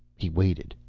he waited,